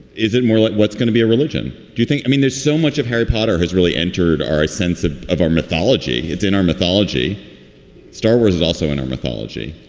is it more like what's gonna be a religion? do you think? i mean, there's so much of harry potter has really entered our sense ah of our mythology. it's in our mythology star wars is also in our mythology.